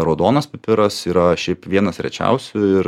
raudonas pipiras yra šiaip vienas rečiausių ir